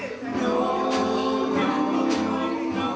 you know